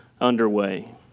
underway